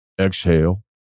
exhale